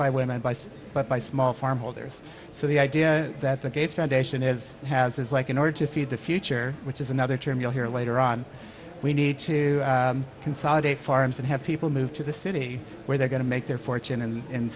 by some but by small farm holders so the idea that the gates foundation is has is like in order to feed the future which is another term you'll hear later on we need to consolidate farms and have people move to the city where they're going to make their fortune and in